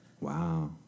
Wow